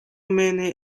many